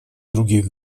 других